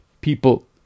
people